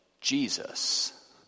Jesus